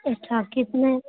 اچھا کتنے